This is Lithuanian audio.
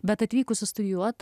bet atvykusi studijuot